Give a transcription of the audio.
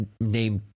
name